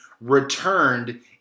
returned